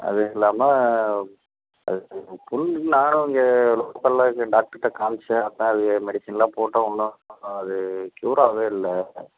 அதில்லாமல் அது நானும் இங்க லோக்கலில் இது டாக்டர்கிட்ட காமித்தேன் மெடிசனெலாம் போட்டோம் ஒன்றும் அது க்யூராகவே இல்லை